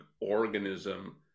organism